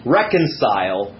reconcile